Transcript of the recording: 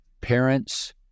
parents